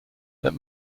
that